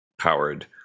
powered